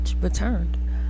returned